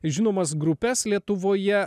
žinomas grupes lietuvoje